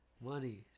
Money